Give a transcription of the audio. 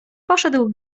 poszedł